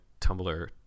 Tumblr